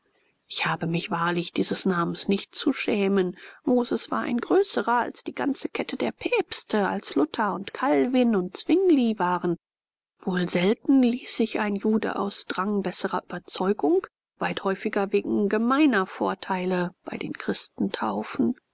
ich habe mich wahrlich dieses namens nicht zu schämen moses war ein größerer als die ganze kette der päpste als luther und calvin und zwingli waren wohl selten ließ sich ein jude aus drang besserer überzeugung weit häufiger wegen gemeiner vorteile bei den christen taufen